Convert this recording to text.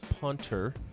punter